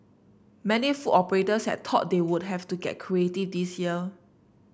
many food operators had thought they would have to get creative this year